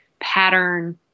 pattern